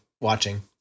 watching